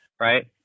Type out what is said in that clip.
right